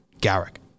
Garrick